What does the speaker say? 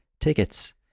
tickets